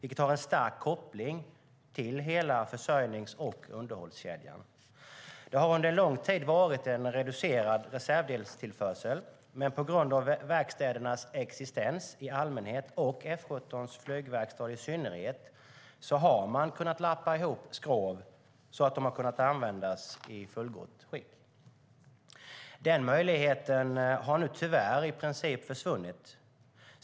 Det har en stark koppling till hela försörjnings och underhållskedjan. Det har under lång tid varit en reducerad reservdelstillförsel. På grund av verkstädernas existens i allmänhet och F 17:s flygverkstad i synnerhet har man kunnat lappa ihop skrov så att de har kunnat användas i fullgott skick. Den möjligheten har nu tyvärr i princip försvunnit.